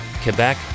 Quebec